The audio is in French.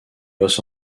los